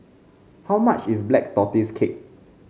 how much is Black Tortoise Cake